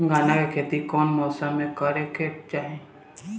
गन्ना के खेती कौना मौसम में करेके चाही?